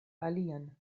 alian